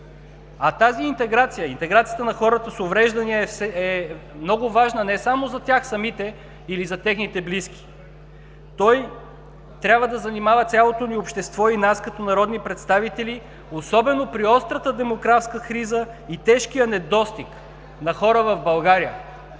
Тази интеграция – интеграцията на хората с увреждания, е много важна не само за тях самите или за техните близки. Той трябва да занимава цялото ни общество и нас като народни представители особено при острата демографска криза и тежкия недостиг на хора в България.